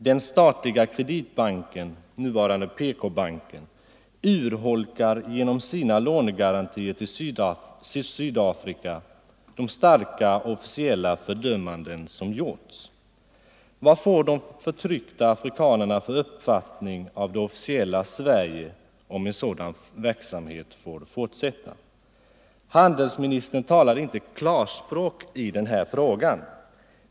Den statliga Kreditbanken, nuvarande PK-banken, urholkar genom sina lånegarantier till Sydafrika de starka officiella fördömanden som gjorts. Vad får de förtryckta afrikanerna för uppfattning av det officiella Sverigé, om en sådan verksamhet får fortsätta? Handelsministern talar inte klarspråk i den här frågan.